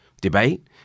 debate